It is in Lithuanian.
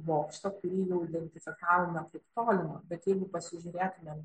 bokštą kurį jau identifikavome kaip tolimą bet jeigu pasižiūrėtumėm